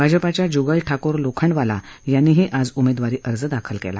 भाजपाच्या जुगल ठाकोर लोखंडवाला यांनीही आज उमेदवारी अर्ज दाखल केला